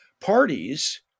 parties